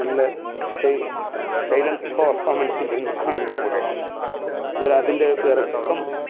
നല്ല സ്റ്റൈല് സ്റ്റൈലൻ പെർഫോമൻസിംഗ് കാണണപോലെയാണ് അതുപോലെ അതിൻ്റെ ഇറക്കം